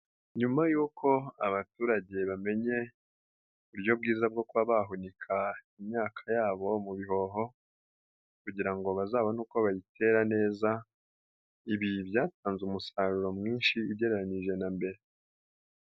Nyuma y'uko abaturage bamenye uburyo bwiza bwo kuba bahunika imyaka yabo mu bihoho kugira ngo bazabone uko bayitera neza ibi byatanze umusaruro mwinshi ugereranyije na mbere.